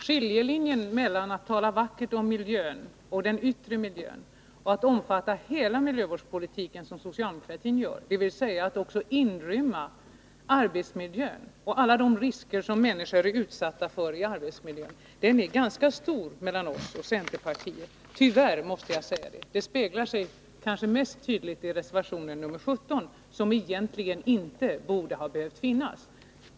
Skillnaden mellan att tala vackert om miljön, den yttre miljön — som centerpartiet gör — och att omfatta hela miljövårdspolitiken, som socialdemokratin gör, dvs. att i den också inrymma arbetsmiljön och alla de risker som människor är utsatta för i arbetslivet, är ganska stor. Tyvärr — måste jag säga. Det avspeglas kanske mest tydligt i reservation 17, som egentligen inte borde ha behövt finnas.